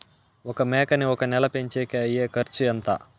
ఒక మేకని ఒక నెల పెంచేకి అయ్యే ఖర్చు ఎంత?